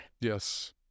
Yes